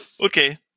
okay